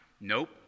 Nope